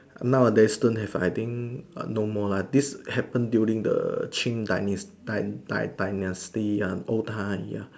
nowadays don't have I think err no more lah this happen during the qing dynas~ dy~ dy~ dynasty uh old time ya